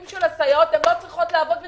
של הסייעות הן לא צריכות לעבוד בצהרון.